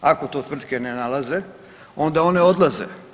Ako to tvrtke ne nalaze onda one odlaze.